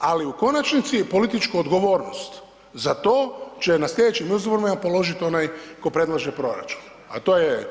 Ali u konačnici političku odgovornost za to će na slijedećim izborima položit onaj tko predlaže proračun, a to je